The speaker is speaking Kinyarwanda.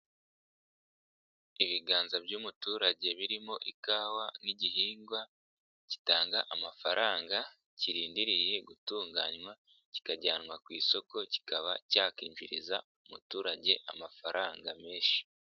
Ibiganza by'umuturage birimo ikawa nk'igihingwa gitanga amafaranga kirindiriye gutunganywa kikajyanwa ku isoko kikaba cyakjiriza umuturage amafaranga menshi.